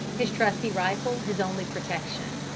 his trusty rifle his only protection.